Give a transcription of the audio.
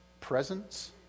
presence